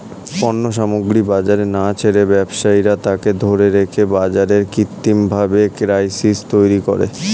পণ্য সামগ্রী বাজারে না ছেড়ে ব্যবসায়ীরা তাকে ধরে রেখে বাজারে কৃত্রিমভাবে ক্রাইসিস তৈরী করে